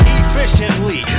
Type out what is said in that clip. efficiently